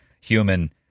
human